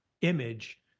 image